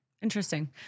Interesting